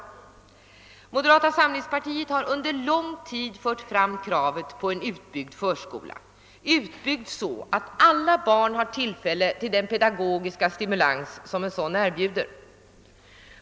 Moderata samlingspartiet har under lång tid fört fram kravet på en utbyggd förskola, så att alla barn har tillfälle till den pedagogiska stimulans som en sådan erbjuder.